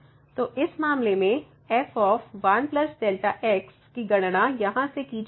तो इस मामले में f1 Δx की गणना यहां से की जाएगी